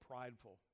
prideful